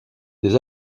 des